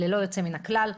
ללא יוצא מן הכלל.